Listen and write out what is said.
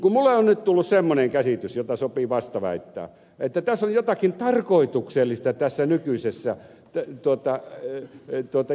minulle on nyt tullut semmoinen käsitys jota sopii vastaväittää että tässä on jotakin tarkoituksellista tässä nykyisessä tietojärjestelmien yhteensopimattomuudessa